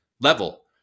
level